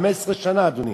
15 שנה, אדוני,